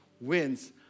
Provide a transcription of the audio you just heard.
wins